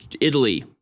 Italy